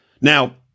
Now